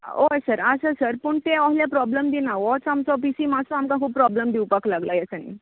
होय सर आसा सर पूण ते ओहले प्रोब्लेम दिना होच आमचो पी सी मात्सो आमकां खूब प्रोब्लेम दिवपाक लागला ह्या दिसांनी